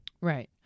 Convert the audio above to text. right